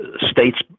States